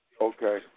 Okay